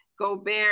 Gobert